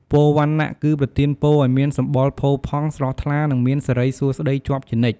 ពរវណ្ណៈ គឺប្រទានពរឲ្យមានសម្បុរផូរផង់ ស្រស់ថ្លា និងមានសិរីសួស្ដីជាប់ជានិច្ច។